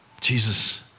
Jesus